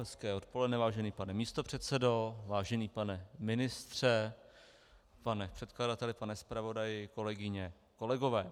Hezké odpoledne, vážený pane místopředsedo, vážený pane ministře, pane předkladateli, pane zpravodaji, kolegyně, kolegové.